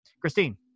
Christine